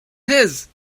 his